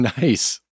Nice